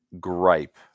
gripe